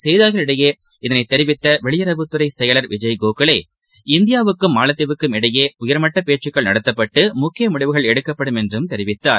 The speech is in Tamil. செய்தியாளர்களிடம் இதனைதெரிவித்தவெளியுறவுத்துறைசெயலர் கோகலே புதுதில்லிபில் விஜய் இந்தியாவும் மாலத்தீவுக்கும் இடையேஉயர்மட்டபேச்சுக்கள் நடத்தப்பட்டுமுக்கியமுடிவுகள் எடுக்கப்படும் என்றும் தெரிவித்தார்